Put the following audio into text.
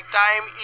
time